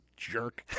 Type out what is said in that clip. Jerk